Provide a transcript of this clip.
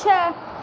छह